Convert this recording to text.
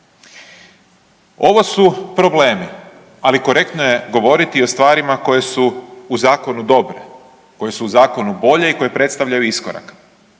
Ovo su problemi, ali korektno je govoriti i o stvarima koje su u zakonu dobre, koje su u zakonu bolje i koje predstavljaju iskorak.